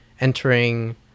entering